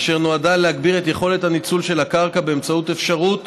ונועדה להגביר את יכולת הניצול של הקרקע באמצעות אפשרות